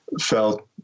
felt